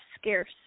scarce